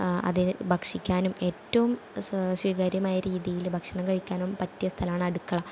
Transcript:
അത് ഭക്ഷിക്കാനും ഏറ്റോം സ്വീകാര്യമായ രീതിയിൽ ഭക്ഷണം കഴിക്കാനും പറ്റിയ സ്ഥലമാണ് അടുക്കള